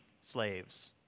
slaves